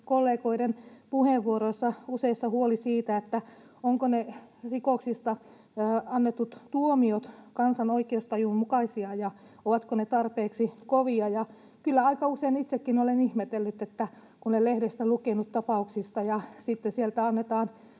kollegoiden puheenvuoroissa huoli siitä, ovatko ne rikoksista annetut tuomiot kansan oikeustajun mukaisia ja ovatko ne tarpeeksi kovia, ja kyllä aika usein itsekin olen ihmetellyt, kun olen lehdestä lukenut tapauksista, joissa annetaan